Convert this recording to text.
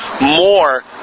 more